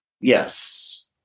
Yes